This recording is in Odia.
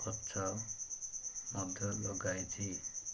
ଗଛ ମଧ୍ୟ ଲଗାଇଛି